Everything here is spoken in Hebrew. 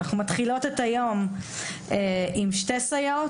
אנחנו מתחילות את היום עם שתי סייעות